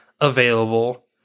available